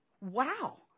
wow